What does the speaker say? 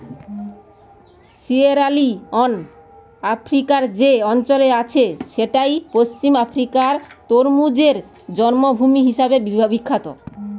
Sierra Leone আফ্রিকার যে অঞ্চলে আছে সেইটা পশ্চিম আফ্রিকার তরমুজের জন্মভূমি হিসাবে বিখ্যাত